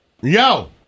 Yo